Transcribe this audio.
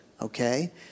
okay